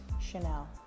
Chanel